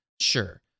sure